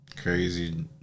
Crazy